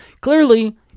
Clearly